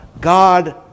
God